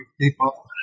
people